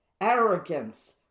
arrogance